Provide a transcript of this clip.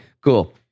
cool